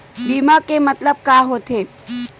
बीमा के मतलब का होथे?